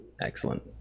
Excellent